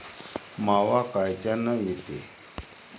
मावा कायच्यानं येते?